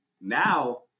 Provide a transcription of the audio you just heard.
now